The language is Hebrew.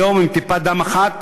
היום עם טיפת דם אחת